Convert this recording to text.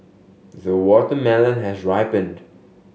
the watermelon has ripened